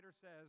says